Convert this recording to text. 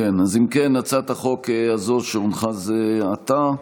אם כן, הצעת החוק הזאת שהונחה זה עתה,